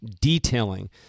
Detailing